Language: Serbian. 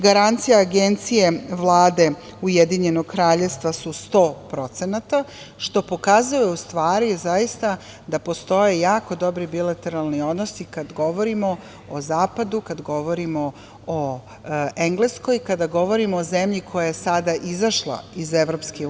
Garancija Agencije Vlade UK su 100%, što pokazuje u stvari, zaista, da postoje jako dobri bilateralni odnosi kada govorimo o zapadu, kada govorimo o Engleskoj i kada govorimo o zemlji koja je sada izašla iz EU.